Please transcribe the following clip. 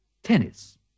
tennis